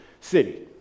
city